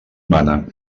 mana